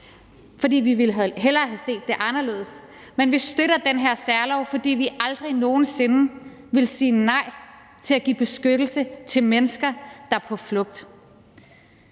for vi ville hellere have set det anderledes; men vi støtter den her særlov, fordi vi aldrig nogen sinde vil sige nej til at give beskyttelse til mennesker, der er på flugt.